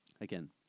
Again